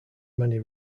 many